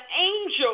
angel